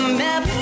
map